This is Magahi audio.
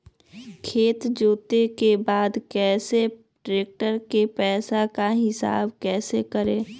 खेत जोते के बाद कैसे ट्रैक्टर के पैसा का हिसाब कैसे करें?